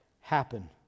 happen